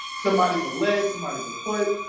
somebody's a leg somebody's a foot.